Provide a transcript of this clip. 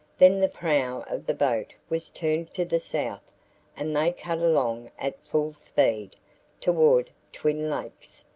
then the prow of the boat was turned to the south and they cut along at full speed toward twin lakes.